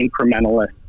incrementalist